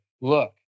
look